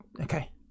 okay